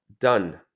done